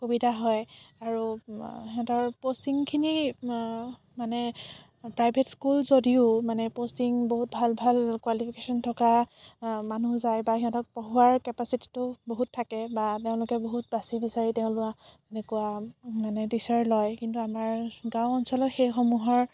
সুবিধা হয় আৰু সিহঁতৰ পষ্টিং খিনি মানে প্ৰাইভেট স্কুল যদিও মানে পষ্টিং বহুত ভাল ভাল কোৱালিফিকেচন থকা মানুহ যায় বা সিহঁতক পঢ়োৱাৰ কেপাচিটিটো বহুত থাকে বা তেওঁলোকে বহুত বাচি বিচাৰি তেওঁলোৱা হেনেকুৱা মানে টিচাৰ লয় কিন্তু আমাৰ গাওঁ অঞ্চলৰ সেই সমূহৰ